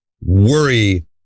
worry